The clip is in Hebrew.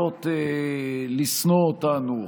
לשנוא אותנו,